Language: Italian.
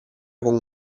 con